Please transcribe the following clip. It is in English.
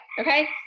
okay